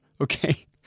Okay